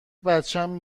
بچم